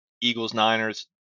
Eagles-Niners